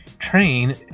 train